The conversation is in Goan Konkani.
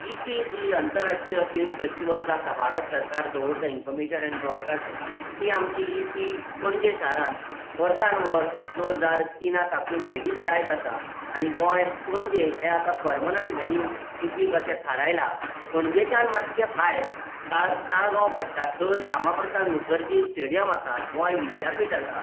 इफी जी अतंरराष्ट्रीय फिल्म फेस्टीवल जाता भारत सरकार दवरता इनफोमेशन एंड ब्रोडकास्टींग ती आमची इफी पणजे शारान वर्सान वर्स दोन हजार तिना साकून सेगीत जायत आसा आनी गोंय पणजे हें आतां परमनंट वेन्यू इफ्फीक अशें थारायलां पणजेच्यान मातशें भायर ताळगांव ताळगांव पडटा थंय श्यामा प्रसाद मुकर्जी स्टेडीयम आसा गोंय विद्यापीठ आसा